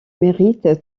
mérite